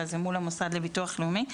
אלא זה מול המוסד לביטוח לאומי.